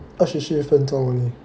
二十四分钟 only